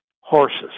horses